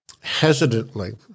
hesitantly